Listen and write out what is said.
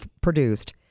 produced